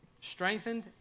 strengthened